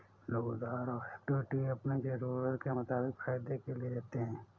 लोग उधार और इक्विटी अपनी ज़रूरत के मुताबिक फायदे के लिए लेते है